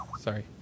Sorry